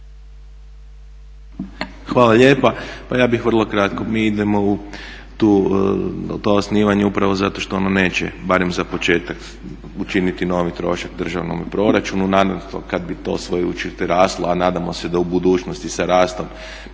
Hvala lijepa. Pa ja bih vrlo kratko, mi idemo u to osnivanje upravo zato što ono neće barem za početak učiniti novi trošak državnome proračunu. Naravno kada bi to